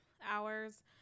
hours